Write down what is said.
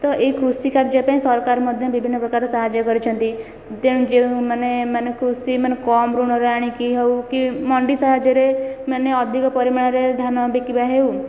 ତ ଏହି କୃଷି କାର୍ଯ୍ୟ ପାଇଁ ସରକାର ମଧ୍ୟ ବିଭିନ୍ନ ପ୍ରକାର ସାହାଯ୍ୟ କରିଛନ୍ତି ତେଣୁ ଯେଉଁମାନେ ମାନେ କୃଷିମାନେ କମ ଋଣରେ ଆଣିକି ହେଉ କି ମଣ୍ଡି ସାହାଯ୍ୟରେ ମାନେ ଅଧିକ ପରିମାଣରେ ଧାନ ବିକିବା ହେଉ